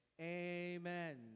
Amen